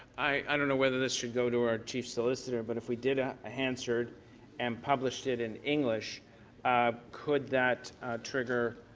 i don't know whether this should go to our chief solicitor but if we did ah a hansard and published it in english could that trigger